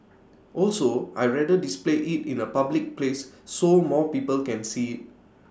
also I'd rather display IT in A public place so more people can see IT